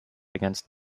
against